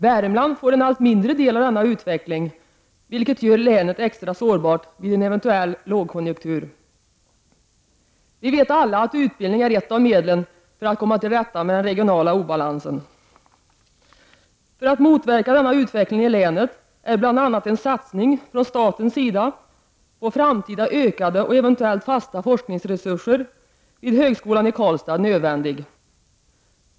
Värmland får en allt mindre del av denna utveckling, vilket gör att länet blir extra sårbart vid en eventuell lågkonjunktur. Vi vet alla att utbildning är ett av medlen för att komma till rätta med den regionala obalansen. För att motverka denna utveckling i länet är bl.a. en satsning från statens sida på framtida ökade och eventuellt fasta forskningsresurser vid högskolan i Karlstad nödvändig.